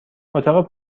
اتاق